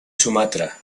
sumatra